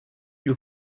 you